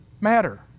matter